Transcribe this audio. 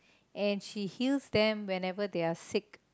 and she heals them whenever she's sick